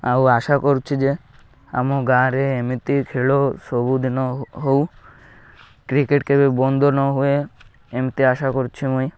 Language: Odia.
ଆଉ ଆଶା କରୁଛି ଯେ ଆମ ଗାଁରେ ଏମିତି ଖେଳ ସବୁଦିନ ହେଉ କ୍ରିକେଟ୍ କେବେ ବନ୍ଦ ନ ହୁଏ ଏମିତି ଆଶା କରୁଛିି ମୁଇଁ